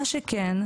מה שכן,